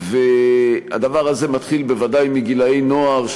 והדבר הזה מתחיל בוודאי מגילי נוער,